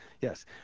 Yes